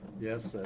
Yes